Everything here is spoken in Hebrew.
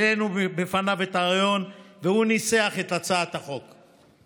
העלינו בפניו את הרעיון, והוא ניסח את הצעת החוק.